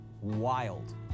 wild